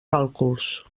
càlculs